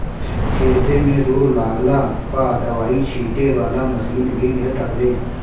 खेते में रोग लागला पअ दवाई छीटे वाला मशीन भी मिलत हवे